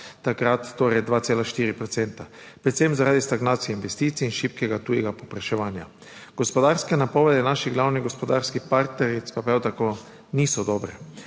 takrat torej 2,4 procenta, predvsem zaradi stagnacije investicij in šibkega tujega povpraševanja. Gospodarske napovedi naših glavnih gospodarskih partneric pa prav tako niso dobre.